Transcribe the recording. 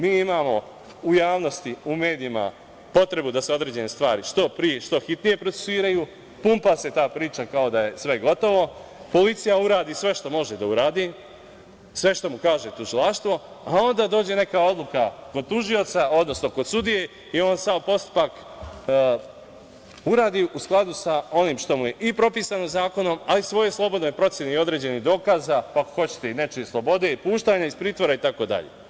Mi imamo u javnosti, u medijima potrebu da se određene stvari što pre, što hitnije procesuiraju, pumpa se ta priča kao da je sve gotovo, policija uradi sve što može da uradi, sve što kaže tužilaštvo, a onda dođe neka odluka kod tužioca, odnosno kod sudije i on sav postupak uradi u skladu sa onim što mu je i propisano zakonom, a i po svojoj slobodnoj proceni i određenih dokaza, pa ako hoćete i nečije slobode i puštanja iz pritvora, itd.